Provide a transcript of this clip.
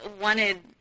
wanted